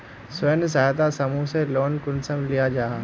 स्वयं सहायता समूह से लोन कुंसम लिया जाहा?